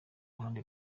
ruhande